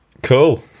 Cool